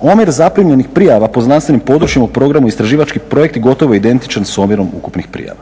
Omjer zaprimljenih prijava po znanstvenim područjima u programu istraživački projekti gotovo je identičan s omjerom ukupnih prijava.